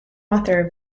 author